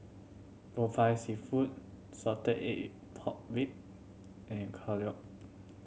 Popiah Seafood salted egg pork rib and